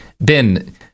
Ben